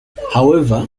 however